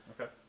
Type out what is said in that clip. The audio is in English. okay